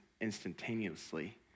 instantaneously